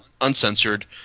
uncensored